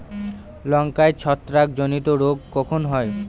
লঙ্কায় ছত্রাক জনিত রোগ কখন হয়?